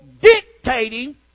dictating